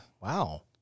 Wow